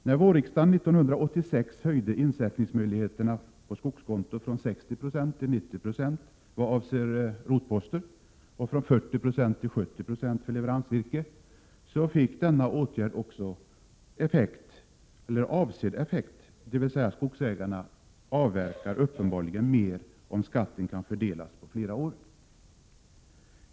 När vårriksdagen 1986 höjde insättningsmöjligheterna på skogkonto från 60 9 till 90 96 vad avser rotposter och från 40 96 till 70 96 för leveransvirke, fick denna åtgärd också avsedd effekt, dvs. skogsägarna avverkar uppenbarligen mer om skatten kan fördelas på flera år.